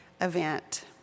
event